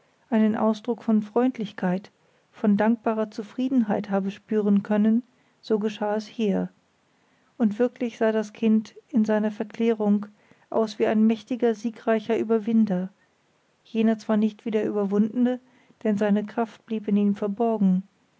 einen ausdruck von freundlichkeit von dankbarer zufriedenheit habe spüren können so geschah es hier und wirklich sah das kind in seiner verklärung aus wie ein mächtiger siegreicher überwinder jener zwar nicht wie der überwundene denn seine kraft blieb in ihm verborgen